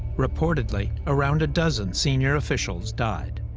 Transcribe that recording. reportedly, around a dozen senior officials died.